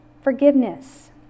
Forgiveness